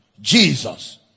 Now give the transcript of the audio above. Jesus